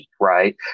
right